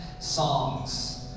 songs